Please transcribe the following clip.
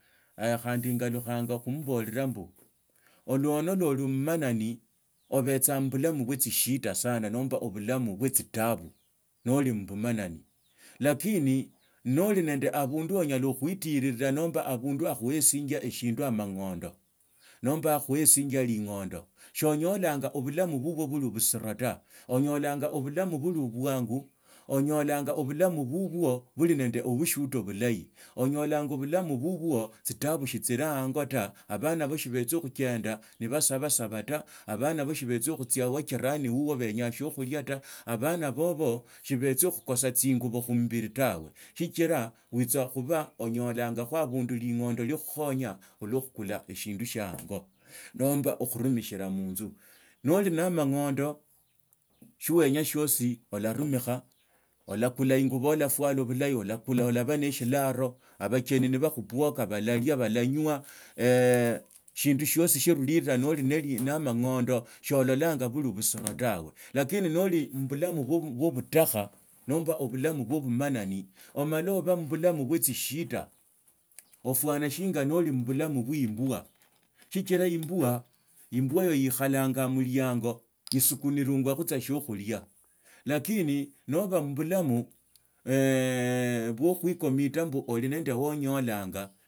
handi engalukhanga khubabora ndi. Olwono lwo oli mmanani, obetsaa mubulamu bwe tsishida sana nomba obulamu bwe tsitabu, noli muboma nani lakini ndi nende abundu wo onyala khuitirira nomba abundu abundu hakuheshinja shindu amang’ondo nomba akhuheshinja amang’ondo shoonyolanya abulami bubwo buli obusiro tawe onyolanga obulamu buli abana onyolanya bulamu bubwo, buli nende ohushuhuda bulahi. Onyolanga bulamu bubwo, tsitabu sichiri ango ta abana bo sibdsakhuchenda basabasaba ta, ban abo sibatsakhuchia wa jirani wa jirani wuwo baenyaa siokhulia ta, abana bobo sibetsa khukosa tsingubo khumbiri tawe sichira witsakhuba onyolangakho abundu ling’ondo liokhukhonya khulwa khukhola eshindu shia ango nomba okhurumishila munzu noli na amang’ondo shivenya shiosi olarumikha olakula ingubo, olafwala bulahi, olaba na shiralo abacheni nibakhufwoka balalia balanywa. Eshindu dhiosi sirurila noli na amang’ondo shoololanga buli busiro tawe, lakini noli mubulamu bwo butakha nomba obulamu bwo bumanani omala oba mubulamu bwe.